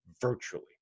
virtually